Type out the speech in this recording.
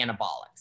anabolics